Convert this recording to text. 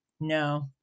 No